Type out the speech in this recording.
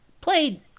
Played